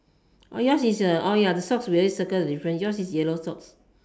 yours is a ya the socks we already circle the difference yours is yellow socks